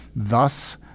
Thus